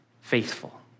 faithful